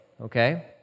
okay